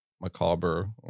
macabre